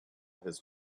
his